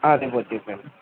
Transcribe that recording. రేపు వచ్చేసేయండి